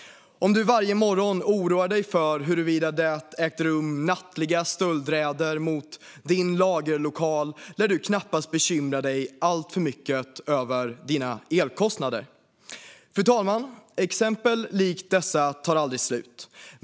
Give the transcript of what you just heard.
Om du varje morgon oroar dig för huruvida nattliga stöldräder mot din lagerlokal har ägt rum lär du knappast bekymra dig alltför mycket över dina elkostnader. Fru talman! Exempel likt dessa tar aldrig slut.